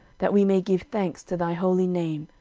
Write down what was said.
that we may give thanks to thy holy name,